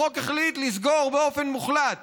החוק החליט לסגור באופן מוחלט